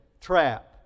trap